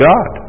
God